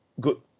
good